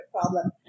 problem